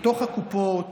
בתוך הקופות